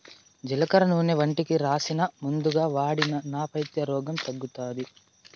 జీలకర్ర నూనె ఒంటికి రాసినా, మందుగా వాడినా నా పైత్య రోగం తగ్గుతాది